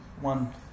one